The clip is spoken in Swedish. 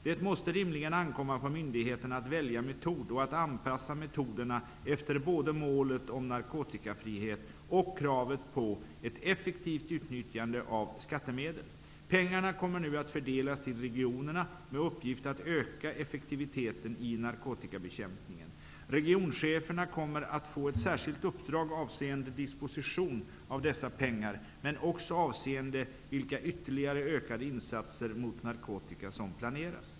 Det måste rimligen ankomma på myndigheten att välja metod och att anpassa metoderna efter både målet om narkotikafrihet och kravet på ett effektivt utnyttjande av skattemedel. Pengarna kommer nu att fördelas till regionerna med uppgift att öka effektiviteten i narkotikabekämpningen. Regioncheferna kommer att få ett särskilt uppdrag avseende disposition av dessa pengar men också avseende vilka ytterligare ökade insatser mot narkotika som planeras.